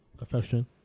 affection